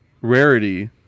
rarity